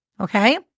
okay